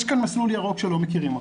יש כאן מסלול ירוק שלא מכירים אותו,